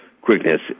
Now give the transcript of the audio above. quickness